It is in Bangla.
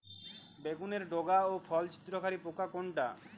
বেগুনের ডগা ও ফল ছিদ্রকারী পোকা কোনটা?